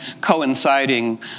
coinciding